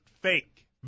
fake